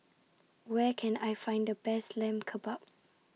Where Can I Find The Best Lamb Kebabs